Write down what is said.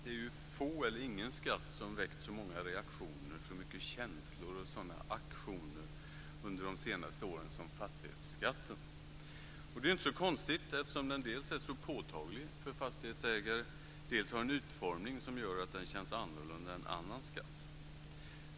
Fru talman! Det är få eller ingen skatt som har väckt så många reaktioner, så mycket känslor och aktioner under de senaste åren som fastighetsskatten. Det är inte så konstigt eftersom den dels är så påtaglig för fastighetsägaren, dels har en utformning som gör att den känns annorlunda än annan skatt.